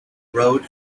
rode